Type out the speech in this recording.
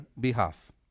behalf